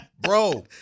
Bro